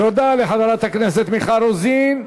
תודה לחברת הכנסת מיכל רוזין.